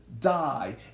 die